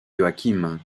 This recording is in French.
joachim